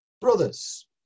brothers